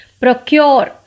procure